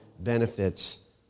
benefits